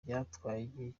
byatwaye